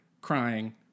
crying